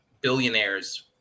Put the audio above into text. billionaires